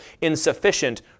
insufficient